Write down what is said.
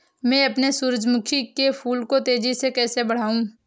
मैं अपने सूरजमुखी के फूल को तेजी से कैसे बढाऊं?